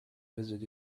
visited